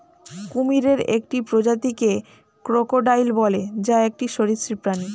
কুমিরের একটি প্রজাতিকে ক্রোকোডাইল বলে, যা একটি সরীসৃপ প্রাণী